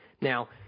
Now